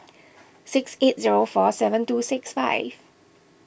six eight zero four seven two six five